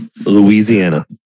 Louisiana